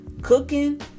cooking